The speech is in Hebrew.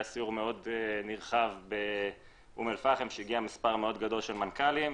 היה סיור נרחב באום אל פחם אליו הגיע מספר מאוד גדול של מנכ"לים,